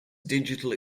digital